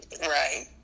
Right